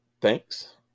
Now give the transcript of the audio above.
thanks